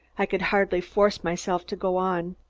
i could hardly force myself to go on.